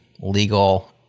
legal